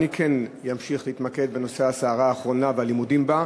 אני כן אמשיך להתמקד בנושא הסערה האחרונה והלימודים בה.